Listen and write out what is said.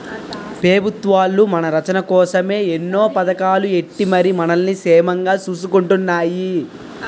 పెబుత్వాలు మన రచ్చన కోసమే ఎన్నో పదకాలు ఎట్టి మరి మనల్ని సేమంగా సూసుకుంటున్నాయి